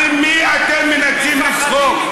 על מי אתם מנסים לצחוק?